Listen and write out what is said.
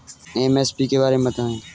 MSP के बारे में बतायें?